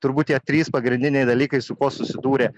turbūt tie trys pagrindiniai dalykai su kuo susidūrė